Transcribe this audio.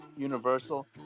universal